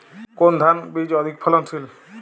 কোন ধান বীজ অধিক ফলনশীল?